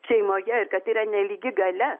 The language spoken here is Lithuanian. šeimoje ir kad yra nelygi galia